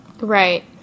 Right